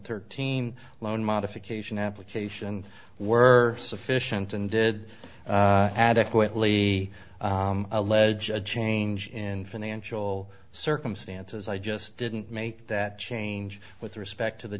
thirteen loan modification application were sufficient and did adequately allege a jane in financial circumstances i just didn't make that change with respect to the